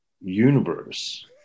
universe